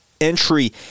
entry